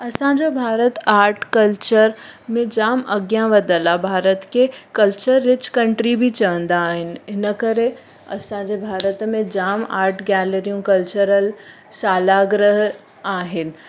असां जो Bharat art culture में जामु अॻियां वधियलु आहे भारत खे कल्चर रिच कंट्री बि चवंदा आहिनि इन करे असांजे भारत में जामु आर्ट गैलरियूं कल्चरल शाला गृह आहिनि